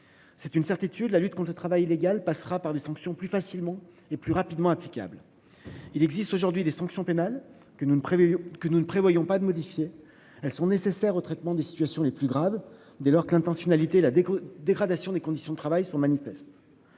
C'est une certitude, la lutte conte le travail illégal passera par des sanctions plus facilement et plus rapidement applicables. Il existe aujourd'hui des sanctions pénales que nous ne prévoyons que nous ne prévoyons pas de modifier, elles sont nécessaires au traitement des situations les plus graves. Dès lors que l'intentionnalité la dégradation des conditions de travail sont manifestes.